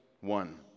one